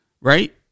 Right